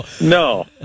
No